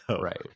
Right